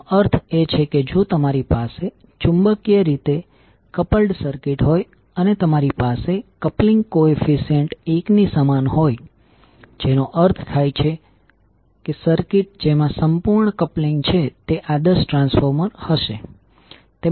તેનો અર્થ એ છે કે જો તમારી પાસે ચુંબકીય રીતે કપલ્ડ સર્કિટ હોય અને તમારી પાસે કપ્લીંગ કોએફીસીઅન્ટ એક ની સમાન હોય જેનો અર્થ થાય છે કે સર્કિટ જેમાં સંપૂર્ણ કપ્લીંગ છે તે આદર્શ ટ્રાન્સફોર્મર હશે